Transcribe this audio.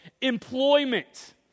employment